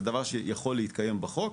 זהו דבר שיכול להתקיים בחוק,